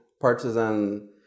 partisan